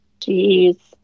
Jeez